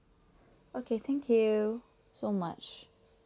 okay thank you so much